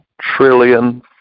trillion